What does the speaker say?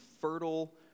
fertile